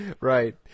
Right